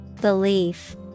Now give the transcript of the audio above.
Belief